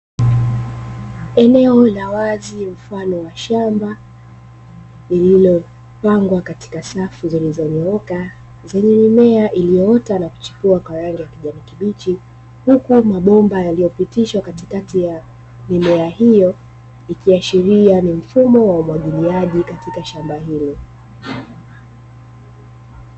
Eneo la wazi mfano wa shamba lililopandwa katika safu zilizonyooka, zenye mimea iliyoota na kuchipua kwa rangi ya kijani kibichi, huku mabomba yaliyopitishwa katikati ya mimea hiyo ikiashiria ni mfumo wa umwagiliaji katika shamba hilo.